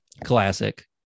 Classic